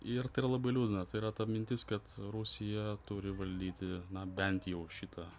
ir tai yra labai liūdna tai yra ta mintis kad rusija turi valdyti na bent jau šitą